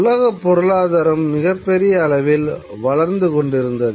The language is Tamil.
உலகப் பொருளாதாரம் மிகப்பெரிய அளவில் வளர்ந்து கொண்டிருந்தது